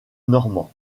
normand